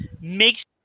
makes